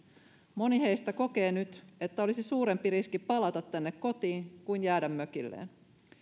moni heistä kokee nyt että olisi suurempi riski palata tänne kotiin kuin jäädä mökilleen